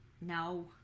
No